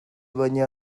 baina